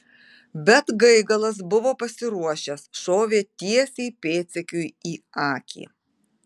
bet gaigalas buvo pasiruošęs šovė tiesiai pėdsekiui į akį